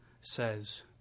says